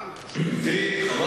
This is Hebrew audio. זאת הנקודה, אני חושב.